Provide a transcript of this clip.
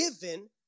given